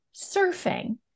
surfing